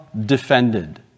defended